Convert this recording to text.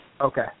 Okay